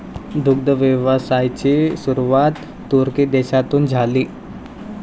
दुग्ध व्यवसायाची सुरुवात तुर्की देशातून झाली